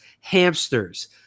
hamsters